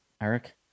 Eric